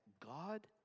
God